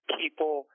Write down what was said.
people